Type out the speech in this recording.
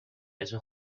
اسم